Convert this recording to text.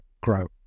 grow